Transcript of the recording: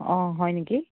অঁ হয় নেকি